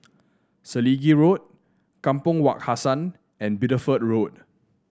Selegie Road Kampong Wak Hassan and Bideford Road